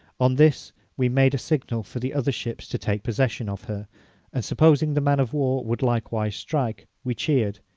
on this we made a signal for the other ships to take possession of her and, supposing the man of war would likewise strike, we cheered,